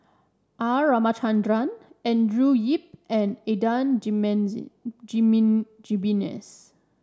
R Ramachandran Andrew Yip and Adan Jimenez